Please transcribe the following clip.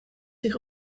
zich